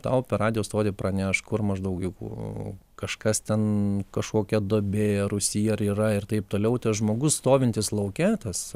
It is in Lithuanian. tau per radijo stotį praneš kur maždaug jeigu kažkas ten kažkokia duobė rūsyje ar yra ir taip toliau tas žmogus stovintis lauke tas